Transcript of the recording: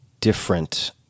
different